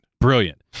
Brilliant